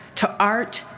to art,